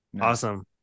Awesome